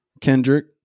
Kendrick